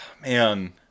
Man